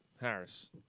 Harris